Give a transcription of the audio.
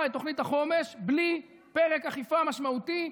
את תוכנית החומש בלי פרק אכיפה משמעותי.